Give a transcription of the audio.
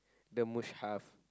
the must have